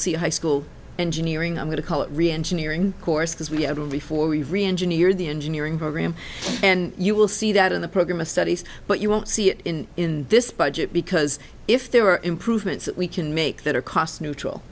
see a high school engineering i'm going to call it reengineering course because we have a reform we've reengineered the engineering program and you will see that in the program of studies but you won't see it in this budget because if there are improvements that we can make that are cost neutral